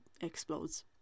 explodes